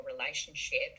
relationship